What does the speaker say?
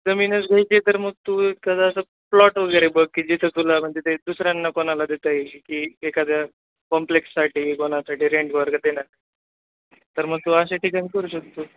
जमीनच घ्यायजे तर मग तू एखादा असं प्लॉट वगैरे बघ की जिथं तुला म्हणजे ते दुसऱ्यांना कोणा ला देतं ये की एखाद्या कॉम्प्लेक्ससाठी कोनासाठी रेंट वरग देनार तर मग तू अशे ठिकाणी करू शकतो